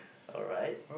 alright